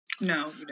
No